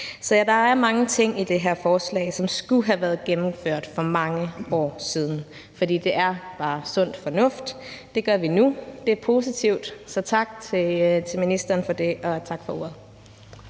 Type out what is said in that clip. Så der er mange ting i det her forslag, som skulle have været gennemført for mange år siden, for det er bare sund fornuft. Det gør vi nu, og det er positivt. Tak til ministeren for det, og tak for ordet.